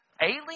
alien